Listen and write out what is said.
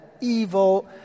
evil